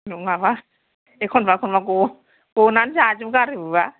नङाबा एखनबा एखनबा गनानै जाजोबगारोबोबा